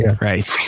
right